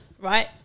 right